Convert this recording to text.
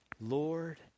Lord